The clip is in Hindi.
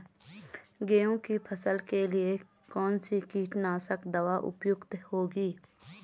गेहूँ की फसल के लिए कौन सी कीटनाशक दवा उपयुक्त होगी?